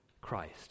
Christ